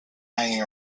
hanging